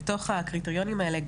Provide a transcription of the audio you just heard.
לתוך הקריטריונים האלה,